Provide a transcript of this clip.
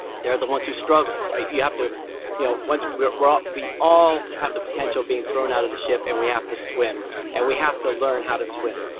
they're the ones who struggle. you have to you know once we're up, we all have the potential being thrown out of the ship and we have to swim and we have to learn how to swim,